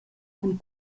cun